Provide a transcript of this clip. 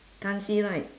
can't see right